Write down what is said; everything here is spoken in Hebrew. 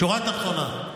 שורה תחתונה.